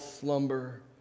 slumber